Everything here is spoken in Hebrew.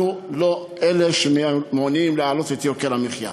אנחנו לא אלה שמעוניינים להעלות את יוקר המחיה.